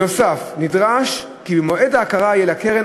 נוסף על כך נדרש כי במועד ההכרה יהיה לקרן